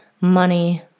money